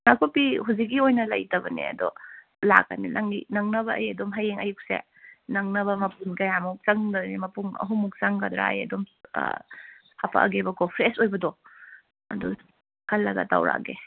ꯅꯥꯀꯨꯞꯄꯤ ꯍꯧꯖꯤꯛꯀꯤ ꯑꯣꯏꯅ ꯂꯩꯇꯕꯅꯦ ꯑꯗꯣ ꯂꯥꯛꯀꯅꯤ ꯅꯪꯒꯤ ꯅꯪꯅꯕ ꯑꯩ ꯑꯗꯨꯝ ꯍꯌꯦꯡ ꯑꯌꯨꯛꯁꯦ ꯅꯪꯅꯕ ꯃꯄꯨꯟ ꯀꯌꯥꯃꯨꯛ ꯆꯪꯗꯣꯏ ꯃꯄꯨꯟ ꯑꯍꯨꯝꯃꯨꯛ ꯆꯪꯒꯗ꯭ꯔꯥ ꯑꯩ ꯑꯗꯨꯝ ꯑꯥ ꯍꯥꯄꯛꯑꯒꯦꯕꯀꯣ ꯐ꯭ꯔꯦꯁ ꯑꯣꯏꯕꯗꯣ ꯑꯗꯨ ꯈꯜꯂꯒ ꯇꯧꯔꯛꯑꯒꯦ